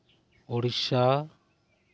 Odisha